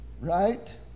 right